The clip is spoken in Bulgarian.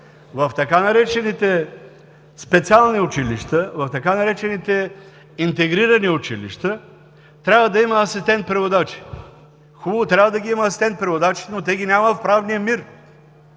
в така наречените „специални училища“, в така наречените „интегрирани училища“ трябва да има асистент преводачи. Хубаво, трябва да ги има асистент преводачите, но ги няма в правния мир.